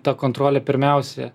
ta kontrolė pirmiausia